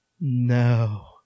no